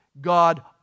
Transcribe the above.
God